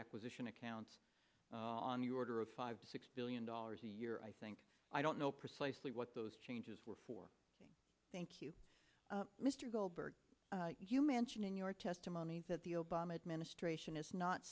acquisition accounts on the order of five to six billion dollars a year i think i don't know precisely what those changes were for thank you mr goldberg you mentioned in your testimony that the obama administration is not